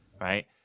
right